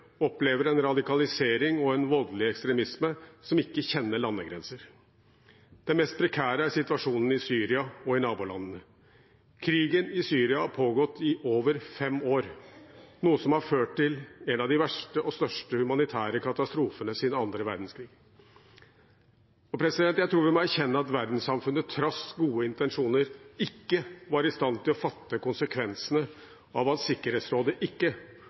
opplever en radikalisering og en voldelig ekstremisme som ikke kjenner landegrenser. Det mest prekære er situasjonen i Syria og i nabolandene. Krigen i Syria har pågått i over fem år, noe som har ført til en av de verste og største humanitære katastrofene siden annen verdenskrig. Jeg tror vi må erkjenne at verdenssamfunnet, til tross for gode intensjoner, ikke var i stand til å fatte konsekvensene av at Sikkerhetsrådet ikke